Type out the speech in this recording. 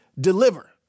deliver